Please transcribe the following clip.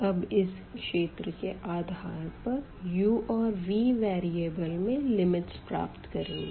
अब इस क्षेत्र के आधार पर u और v वेरीअबल में लिमिटस प्राप्त करेंगे